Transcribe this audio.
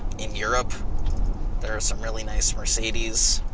in europe there're some really nice mercedes